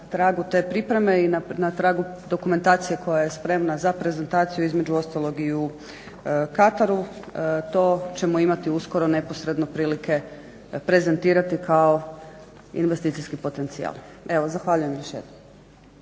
na tragu te pripreme i na tragu dokumentacije koja je spremna za prezentaciju, između ostalog i u Kataru to ćemo imati uskoro neposredno prilike prezentirati kao investicijski potencijal. Evo zahvaljujem još jednom.